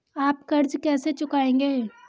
आप कर्ज कैसे चुकाएंगे?